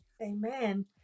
Amen